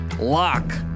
Lock